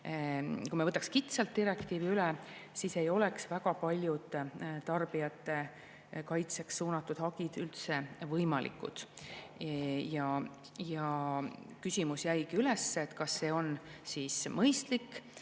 kui me võtaks direktiivi kitsalt üle, siis ei oleks väga paljud tarbijate kaitseks suunatud hagid üldse võimalikud. Küsimus jäigi üles, kas see on mõistlik,